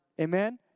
Amen